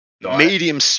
medium